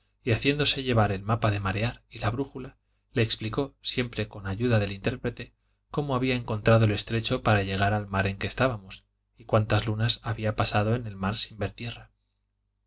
y haciéndose llevar el mapa de marear y la brújula le explicó siempre con ayuda del intérprete cómo había encontrado el estrecho para llegar al mar en que estábamos y cuántas lunas había pasado en el mar sin ver tierra